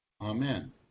Amen